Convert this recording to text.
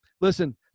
listen